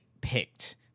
picked